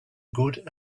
good